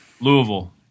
Louisville